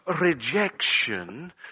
rejection